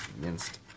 minced